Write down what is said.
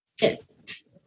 Yes